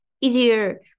easier